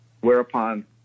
whereupon